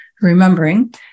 remembering